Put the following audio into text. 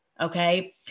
Okay